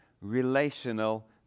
relational